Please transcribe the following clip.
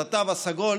את התו הסגול,